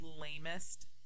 lamest